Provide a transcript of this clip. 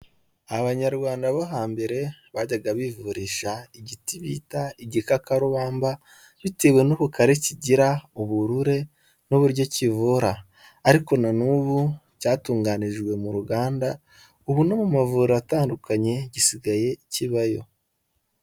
Abanyarwanda bo hambere bajyaga bivurisha igiti bita igikakarubamba bitewe n'ubukare kigira uburure n'uburyo kivura ariko nanubu cyatunganijwe mu ruganda ubu no mu mavuriro atandukanye gisigaye kibayo.